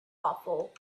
awful